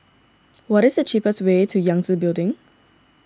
what is the cheapest way to Yangtze Building